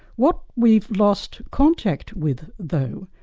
what we've lost contact with though,